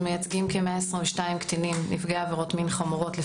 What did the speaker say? אנחנו מייצגים כ-122 נפגעי עבירות מין חמורות.